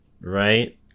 right